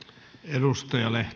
arvoisa